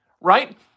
right